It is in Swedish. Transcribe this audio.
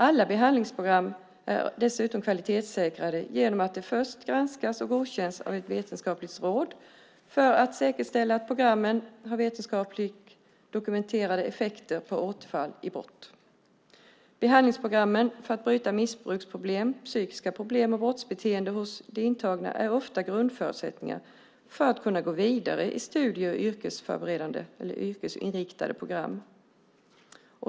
Alla behandlingsprogram är dessutom kvalitetssäkrade genom att de först granskas och godkänns av ett vetenskapligt råd - detta för att säkerställa att programmen har vetenskapligt dokumenterade effekter när det gäller återfall i brott. Behandlingsprogrammen för att bryta missbruksproblem, psykiska problem och brottsbeteenden hos de intagna är ofta grundförutsättningar för att man ska kunna gå vidare till studier och yrkesförberedande eller yrkesinriktade program.